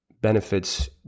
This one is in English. benefits